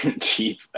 cheap